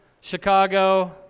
Chicago